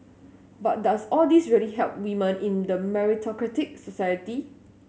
but does all this really help women in the meritocratic society